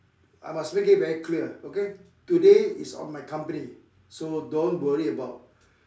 I must make it very clear okay today is on my company so don't worry about